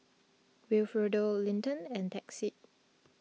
Wilfredo Linton and Texie